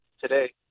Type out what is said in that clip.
today